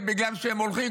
זה בגלל שהם הולכים,